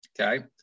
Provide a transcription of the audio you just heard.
Okay